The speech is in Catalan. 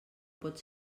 pot